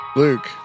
Luke